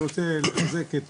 אני רוצה לחזק את